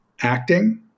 acting